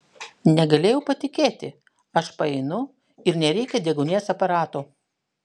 negalėjau patikėti aš paeinu ir nereikia deguonies aparato